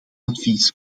advies